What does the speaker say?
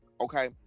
Okay